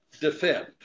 defend